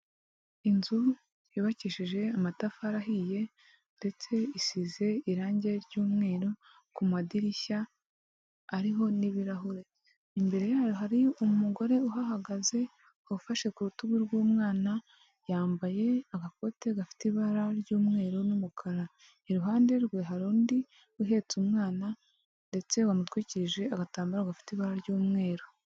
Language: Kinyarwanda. Inzu yubakishije amatafari ahiye ndetse isize irange ry'umweru, ku madirishya ariho n'ibirahure, imbere yayo hari umugore uhagaze ufashe ku rutugu rw'umwana yambaye agakote gafite ibara ry'umweru n'umukara, iruhande rwe hari undi uhetse umwana ndetse wamutwikirije agatambaro afite ibara ry'umweru.